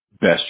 best